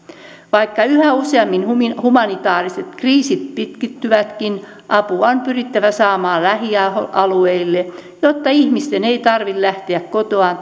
vaikka yhä useammin humanitaariset kriisit pitkittyvätkin apua on pyrittävä saamaan lähialueille jotta ihmisten ei tarvitse lähteä kotoaan